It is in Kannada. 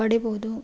ಪಡೀಬಹುದು